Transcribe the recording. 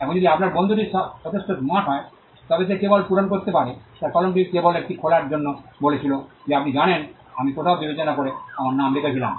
এখন যদি আপনার বন্ধুটি যথেষ্ট স্মার্ট হয় তবে সে কেবল পূরণ করতে পারে তার কলমটি কেবল এটি খোলার জন্য বলেছিল যে আপনি জানেন আমি কোথাও বিবেচনা করে আমার নাম লিখেছিলাম